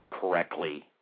correctly